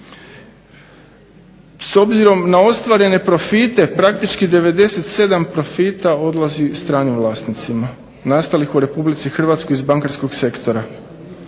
S obzirom na ostvarene profite praktički 97 profita odlazi stranim vlasnicima nastalih u RH iz bankarskog sektora.